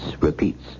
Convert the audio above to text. repeats